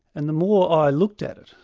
and the more i looked at it,